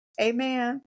Amen